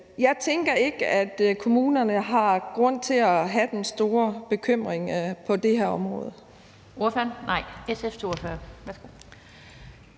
jeg tænker ikke, at kommunerne har grund til at have den store bekymring på det her område.